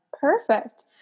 Perfect